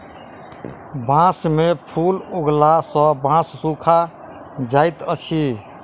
बांस में फूल उगला सॅ बांस सूखा जाइत अछि